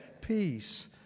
peace